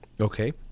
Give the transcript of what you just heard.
Okay